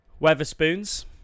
Weatherspoons